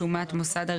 אז סמכויות.